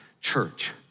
church